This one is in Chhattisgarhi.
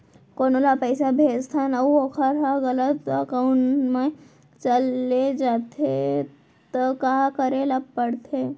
कोनो ला पइसा भेजथन अऊ वोकर ह गलत एकाउंट में चले जथे त का करे ला पड़थे?